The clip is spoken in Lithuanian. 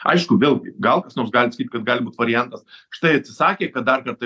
aišku vėlgi gal kas nors gali sakyt kad gali būt variantas štai atsisakė kad dar kartą